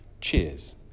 Cheers